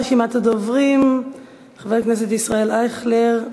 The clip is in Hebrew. רשימת הדוברים: חבר הכנסת ישראל אייכלר,